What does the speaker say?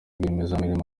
rwiyemezamirimo